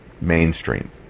mainstream